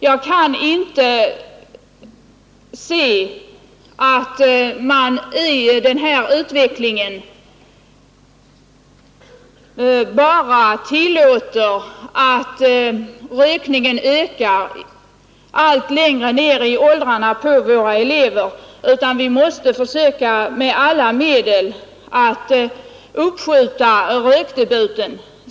Jag kan inte stillstigande se en utveckling som innebär att rökningen bland våra elever ökar allt längre ner i åldrarna, utan vi måste försöka med alla medel uppskjuta rökdebuten.